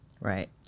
Right